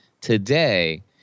today